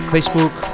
Facebook